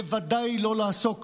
בוודאי לא לעסוק